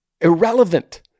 Irrelevant